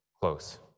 close